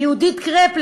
יהודית קרפ,